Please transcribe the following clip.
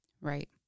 Right